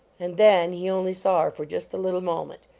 and then, he only saw her for just a little moment.